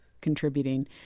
contributing